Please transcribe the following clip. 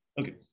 Okay